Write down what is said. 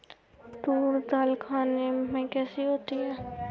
तूर दाल खाने में कैसी होती है?